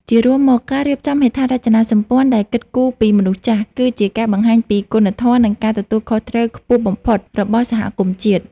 ជារួមមក ការរៀបចំហេដ្ឋារចនាសម្ព័ន្ធដែលគិតគូរពីមនុស្សចាស់ គឺជាការបង្ហាញពីគុណធម៌ និងការទទួលខុសត្រូវខ្ពស់បំផុតរបស់សហគមន៍ជាតិ។